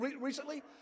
recently